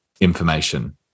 information